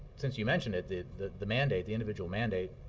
since you mentioned it, the the the mandate, the individual mandate